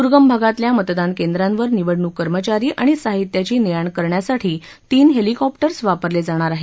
दुर्गम भागातल्या मतदानकेंद्रांवर निवडणूक कर्मचारी आणि साहित्याची ने आण करण्यासाठी तीन हेलिकॉप्टर्स वापरले जाणार आहेत